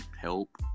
help